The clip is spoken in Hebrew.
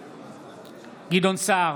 בעד גדעון סער,